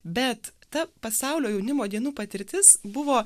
bet ta pasaulio jaunimo dienų patirtis buvo